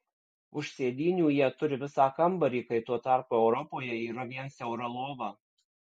už sėdynių jie turi visą kambarį kai tuo tarpu europoje yra vien siaura lova